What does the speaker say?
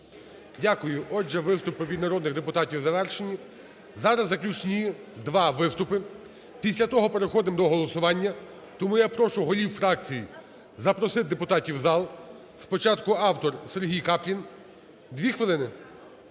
Дякую. Отже, виступи від народних депутатів завершені. Зараз заключні два виступи, після того переходимо до голосування. Тому я прошу голів фракцій запросити депутатів в зал. Спочатку автор – Сергій Каплін, дві хвилини.